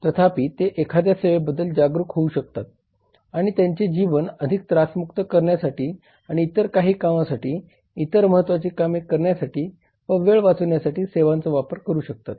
तथापि ते एखाद्या सेवेबद्दल जागरूक होऊ शकतात आणि त्यांचे जीवन अधिक त्रासमुक्त करण्यासाठी आणि इतर काही कामासाठी इतर महत्वाची कामे करण्यासाठी व वेळ वाचवण्यासाठी सेवांचा वापर करू शकतात